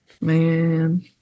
Man